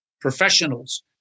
professionals